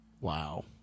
Wow